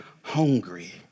hungry